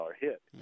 hit